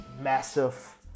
massive